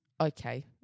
Okay